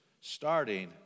Starting